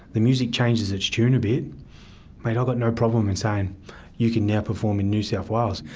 the music changes its tune a bit mate i've got no problem in saying you can now perform in new south wales.